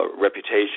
reputation